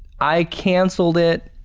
i cancelled it,